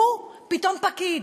הוא פתאום פקיד.